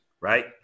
right